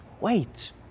wait